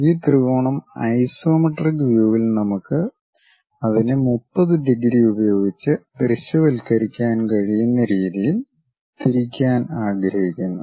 ഈ ത്രികോണം ഐസോമെട്രിക് വ്യൂവിൽ നമുക്ക് അതിനെ 30 ഡിഗ്രി ഉപയോഗിച്ച് ദൃശ്യവൽക്കരിക്കാൻ കഴിയുന്ന രീതിയിൽ തിരിക്കാൻ ആഗ്രഹിക്കുന്നു